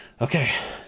okay